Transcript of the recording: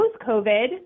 post-COVID